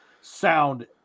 sound